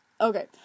Okay